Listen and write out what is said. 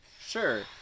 sure